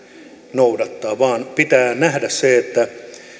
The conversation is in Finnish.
noudattaa vaan pitää nähdä se että